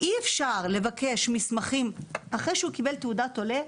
אי אפשר לבקש מסמכים לאחר שקיבל תעודת עולה,